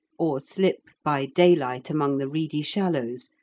or slip by daylight among the reedy shallows,